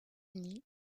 unis